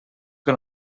que